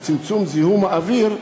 צמצום זיהום האוויר,